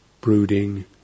brooding